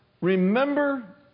remember